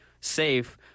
safe